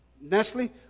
Nestle